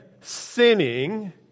sinning